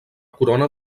corona